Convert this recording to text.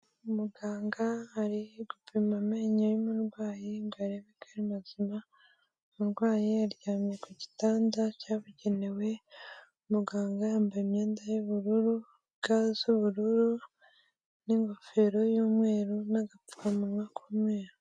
Umuganga ari gupima amenyo y'umurwayi ngo arebe ko ari mazima, umurwayi aryamye ku gitanda cyabugenewe, muganga yambaye imyenda y'ubururu, ga z'ubururu, n'ingofero y'umweru, n'agapfukamunwa k'umweru.